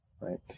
right